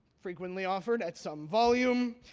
frequently offered at some volume,